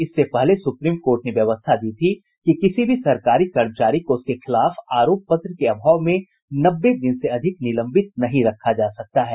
इससे पहले supreme court ने व्यवस्था दी थी कि किसी भी सरकारी कर्मचारी को उसके खिलाफ आरोप पत्र के अभाव में नब्बे दिन से अधिक निलंबित नहीं रखा जा सकता है